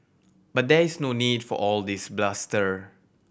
but there is no need for all this bluster